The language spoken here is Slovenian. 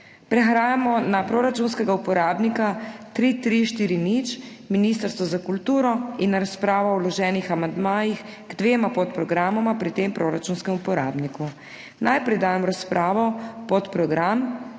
Prehajamo na proračunskega uporabnika 3340 Ministrstvo za kulturo in na razpravo o vloženih amandmajih k dvema podprogramoma pri tem proračunskem uporabniku. Najprej dajem v razpravo podprogram